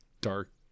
dark